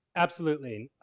absolutely.